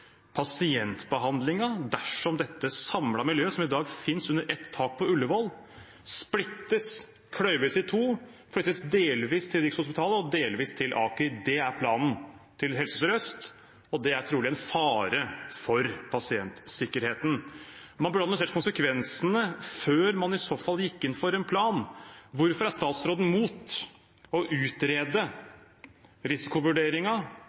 dersom dette samlede miljøet som i dag finnes under ett tak på Ullevål, splittes, kløyves i to og flyttes delvis til Rikshospitalet og delvis til Aker. Det er planen til Helse Sør-Øst, og det er trolig en fare for pasientsikkerheten. Man burde analysert konsekvensene før man i så fall gikk inn for en plan. Hvorfor er statsråden imot å utrede